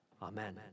Amen